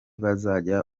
bazajya